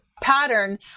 pattern